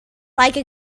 like